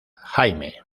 jaime